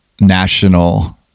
National